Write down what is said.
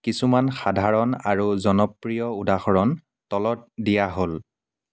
কিছুমান সাধাৰণ আৰু জনপ্ৰিয় উদাহৰণ তলত দিয়া হ'ল